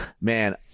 man